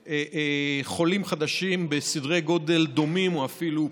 וחולים חדשים בסדרי גודל דומים או אפילו פחותים.